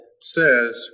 says